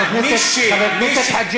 הם ממציאים את ההיסטוריה,